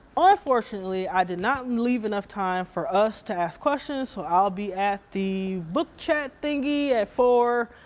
ah unfortunately, i did not leave enough time for us to ask questions, so i'll be at the book chat thingy at four.